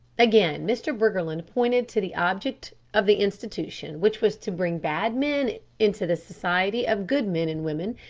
again mr. briggerland pointed to the object of the institution which was to bring bad men into the society of good men and women,